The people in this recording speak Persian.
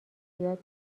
زیاد